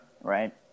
right